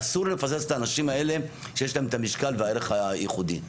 אסור לפספס את האנשים האלה שיש להם את המשקל והערך הייחודי.